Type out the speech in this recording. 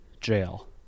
jail